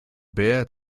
bert